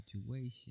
situation